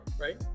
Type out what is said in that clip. right